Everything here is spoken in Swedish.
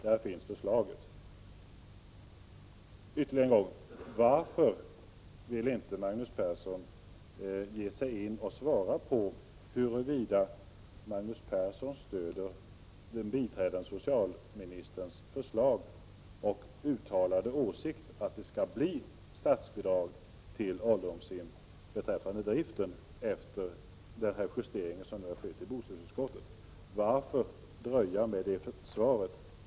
Där finns försla Bösladsläsiillomi SR byggnad av ålderdoms: Än en gång: Varför vill inte Magnus Persson svara på frågan huruvida han Sa stöder biträdande socialministerns förslag och uttalade åsikt om statsbidrag till driften av ålderdomshem, efter den justering som nu har skett i bostadsutskottet? Varför dröja med det svaret?